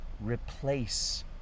replace